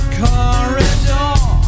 corridor